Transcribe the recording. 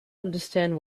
understand